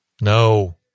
no